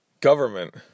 government